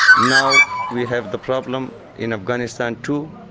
now we have the problem in afghanistan too,